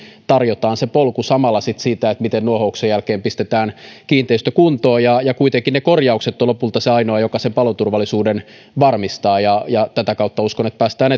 tarjotaan samalla sitten se polku miten nuohouksen jälkeen pistetään kiinteistö kuntoon kuitenkin ne korjaukset ovat lopulta se ainoa mikä sen paloturvallisuuden varmistaa ja ja tätä kautta uskon että päästään